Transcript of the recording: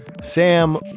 Sam